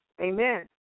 Amen